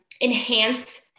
enhance